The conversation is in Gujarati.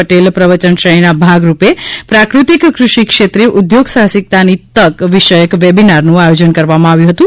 પટેલ પ્રવચન શ્રેણીના ભાગરૂપે પ્રાફતિક કૃષિ ક્ષેત્રે ઉદ્યોગ સાહસિકતાની તક વિષયક વેબીનારનું આયોજન કરવામાં આવ્યું હતું